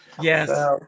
yes